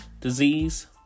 disease